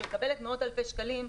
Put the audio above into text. שמקבלת מאות אלפי שקלים,